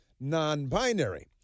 non-binary